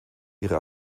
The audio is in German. ihre